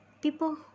People